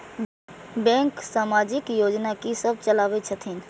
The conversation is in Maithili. बैंक समाजिक योजना की सब चलावै छथिन?